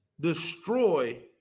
destroy